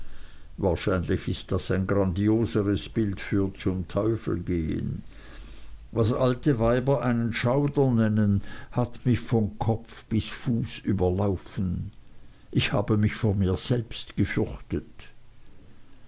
wahrscheinlich ist das ein grandioseres bild für zum teufel gehen was alte weiber einen schauder nennen hat mich von kopf bis zu fuß überlaufen ich habe mich vor mir selbst gefürchtet